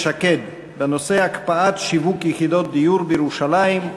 שקד בנושא: הקפאת שיווק יחידות דיור בירושלים.